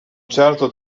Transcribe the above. certo